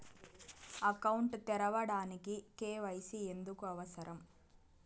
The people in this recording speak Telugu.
అకౌంట్ తెరవడానికి, కే.వై.సి ఎందుకు అవసరం?